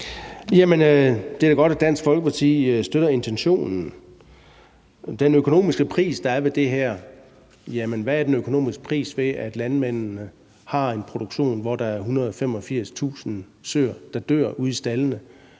Det er da godt, at Dansk Folkeparti støtter intentionen. Hvad er den økonomiske pris ved, at landmændene har en produktion, hvor der er 185.000 søer, der dør ude i staldene,